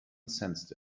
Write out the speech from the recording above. sensed